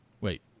Wait